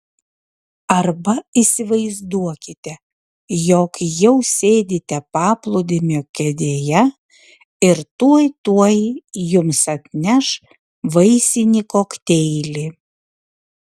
arba įsivaizduokite jog jau sėdite paplūdimio kėdėje ir tuoj tuoj jums atneš vaisinį kokteilį